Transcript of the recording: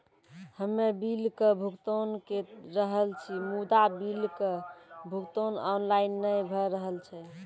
हम्मे बिलक भुगतान के रहल छी मुदा, बिलक भुगतान ऑनलाइन नै भऽ रहल छै?